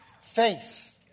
faith